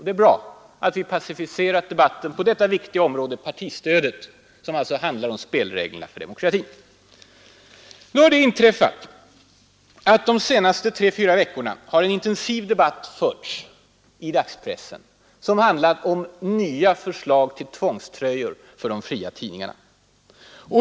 Det är bra att vi pacificerat debatten på detta viktiga område, som alltså handlar om spelreglerna för demokratin. De senaste tre fyra veckorna har det i dagspressen förts en intensiv debatt som handlat om nya förslag till tvångströjor för de fria tidningarna.